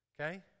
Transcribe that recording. Okay